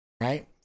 right